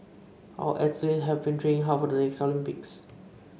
our athletes have been training hard for the next Olympics